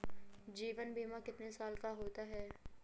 जीवन बीमा कितने साल का होता है?